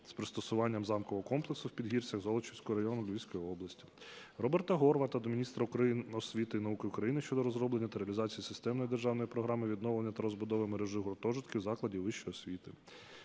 з пристосуванням Замкового комплексу в Підгірцях Золочівського району Львівської області. Роберта Горвата до міністра освіти і науки України щодо розроблення та реалізації системної державної програми відновлення та розбудови мережі гуртожитків закладів вищої освіти.